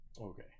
Okay